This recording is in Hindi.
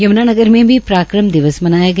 यम्नानगर में पराक्रम दिवस मनाया गया